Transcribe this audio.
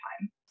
time